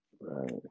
Right